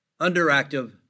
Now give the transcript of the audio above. underactive